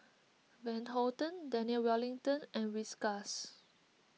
Van Houten Daniel Wellington and Whiskas